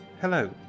Hello